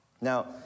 Now